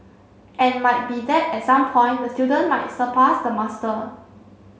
and might be that at some point the student might surpass the master